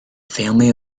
family